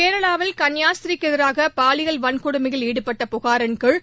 கேரளாவில் கன்னியாஸ்திரிக்கு எதிராக பாலியல் வன்கொடுமையில் ஈடுபட்ட புகாரின் கீழ்